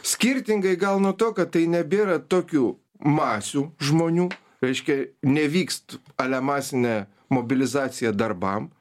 skirtingai gal nuo to kad tai nebėra tokių masių žmonių reiškia nevykst ale masinė mobilizacija darbam